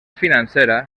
financera